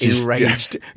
enraged